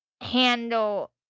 handle